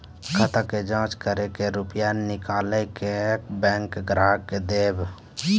खाता के जाँच करेब के रुपिया निकैलक करऽ बैंक ग्राहक के देब?